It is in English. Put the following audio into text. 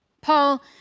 Paul